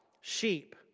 sheep